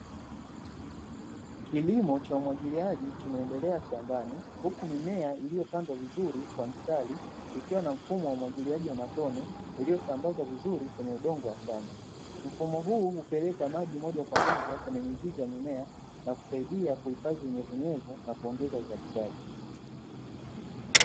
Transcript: Kilimo cha umwagiliaji kinaendelea shambani, huku mimea iliyopandwa vizuri kwa mstari, ikiwa na mfumo wa umwagiliaji wa matone, uliosambazwa vizuri kwenye udongo wa shamba. Mfumo huu hupeleka maji moja kwa moja kwenye mizizi ya mimea, na kusaidia kuongeza unyevunyevu na kuongeza uzalishaji.